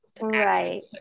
right